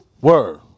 Word